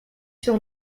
sur